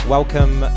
Welcome